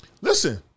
Listen